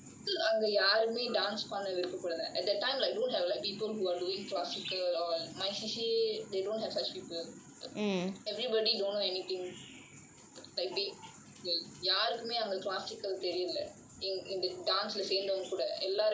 because I am the அங்க யாருமே:anga yaarumae dance பண்ண விருப்ப படல:panna virupa padala at that time like don't have people who are doing classical or my C_C_A they don't have such people everybody don't know anything like basic people யாருக்குமே அங்க:yaarukkumae anga classical தெரில இந்த:therila intha dance சேந்தவங்ககூட எல்லாருமே:saenthavanga kuda ellaarumae fresh